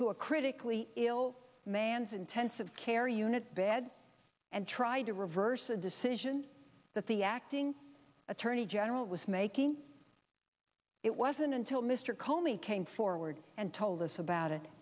to a critically ill man's intensive care unit bed and tried to reverse a decision that the acting attorney general was making it wasn't until mr comey came forward and told us about it